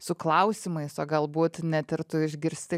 su klausimais o galbūt net ir tu išgirsti